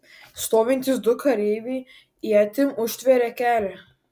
stovintys du kareiviai ietim užtvėrė kelią